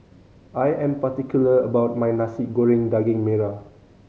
I am particular about my Nasi Goreng Daging Merah